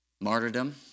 martyrdom